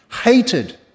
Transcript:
hated